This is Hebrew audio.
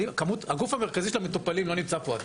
הגוף המרכזי של המטופלים לא נמצא פה.